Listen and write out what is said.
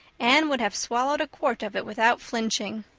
anne would have swallowed a quart of it without flinching.